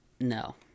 No